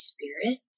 Spirit